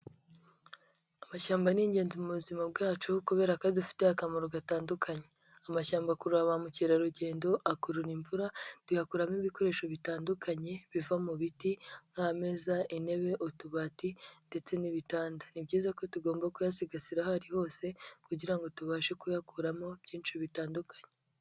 Amashyamba ni ingenzi mubuzima bwacu kubera ko dufite akamaro gatandukanye. Amashyamba akurura ba mukerarugendo, akurura imvura, tuhakuramo ibikoresho bitandukanye, biva mu biti nk'ameza intebe utubati ndetse n'ibitanda, ni byiza ko tugomba kuyasigasira aho ari hose kugira ngo tubashe kuyakuramo byinshi bitandukanye.